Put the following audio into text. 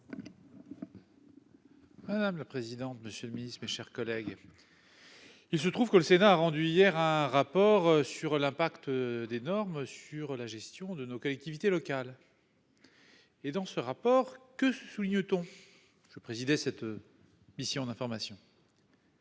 Madame la présidente. Monsieur le Ministre, mes chers collègues. Il se trouve que le Sénat a rendu hier un rapport sur l'impact des normes sur la gestion de nos collectivités locales. Et dans ce rapport que souligne-t-on je vais présider cette. Mission d'information.